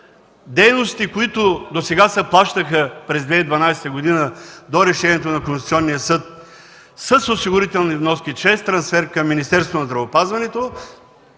дейностите, които досега се плащаха през 2012 г. до решението на Конституционния съд с осигурителни вноски чрез трансфер към Министерството на здравеопазването,